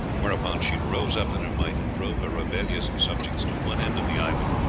whereupon she rose up in her might and drove her rebellious subjects to one end of the island,